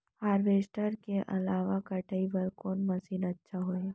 Harvester के अलावा कटाई बर कोन मशीन अच्छा होही?